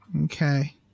Okay